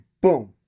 boom